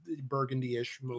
burgundy-ish